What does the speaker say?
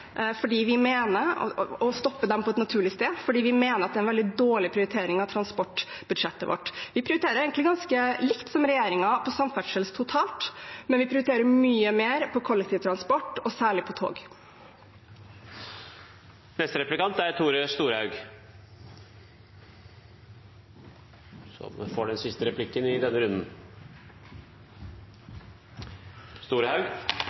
fordi vi mener at disse er en veldig dårlig prioritering av transportbudsjettet vårt. Vi prioriterer egentlig ganske likt det som regjeringen gjør innen samferdsel totalt, men vi prioriterer mye mer på kollektivtransport og særlig på tog. No har vi fått ei ny regjering. Vi har fått ei regjering som har ein familiepolitikk som ser på tid med familien som noko bra, som får